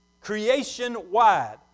Creation-wide